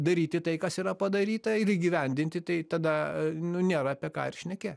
daryti tai kas yra padaryta ir įgyvendinti tai tada nu nėra apie ką ir šnekė